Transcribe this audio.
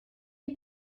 die